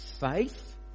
faith